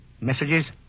messages